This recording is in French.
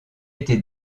été